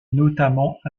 notamment